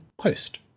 Post